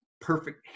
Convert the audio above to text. perfect